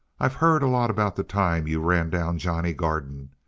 i've heard a lot about the time you ran down johnny garden.